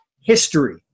history